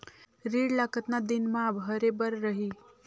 ऋण ला कतना दिन मा भरे बर रही?